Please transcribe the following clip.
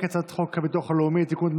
את הצעת חוק הביטוח הלאומי (תיקון,